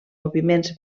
moviments